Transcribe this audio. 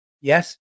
yes